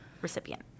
recipient